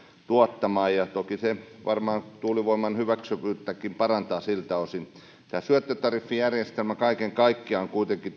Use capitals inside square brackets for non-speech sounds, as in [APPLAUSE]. tuottamaan ja toki se varmaan tuulivoiman hyväksyvyyttäkin parantaa siltä osin tämä syöttötariffijärjestelmä tuulivoimaloille kaiken kaikkiaan on kuitenkin [UNINTELLIGIBLE]